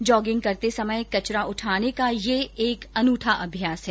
jogging करते समय कचरा उठाने का यह एक अनूठा अभ्यास है